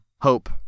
hope